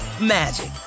magic